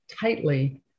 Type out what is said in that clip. tightly